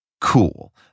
cool